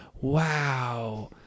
wow